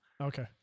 Okay